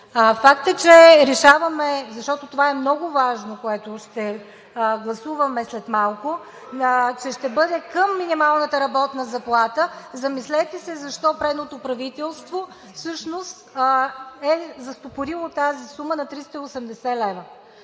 Фактът, че решаваме, защото това е много важно, което ще гласуваме след малко, че ще бъде към минималната работна заплата. Замислете се защо предното правителство всъщност е застопорило тази сума на 380 лв.,